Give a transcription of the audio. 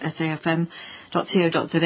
safm.co.za